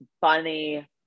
funny